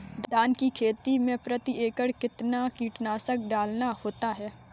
धान की खेती में प्रति एकड़ कितना कीटनाशक डालना होता है?